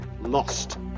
Lost